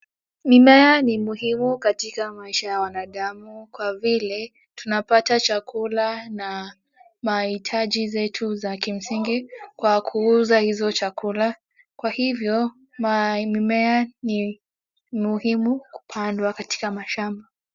Mimea ni muhimu katika maisha ya binadamu kwa vile, tunapata chakula na mahitaji zetu za kimsingi kwa kuuza hizo chakula. Kwa hivyo mimea ni muhimu kupandwa katika mashamba.